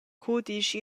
cudisch